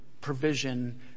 provision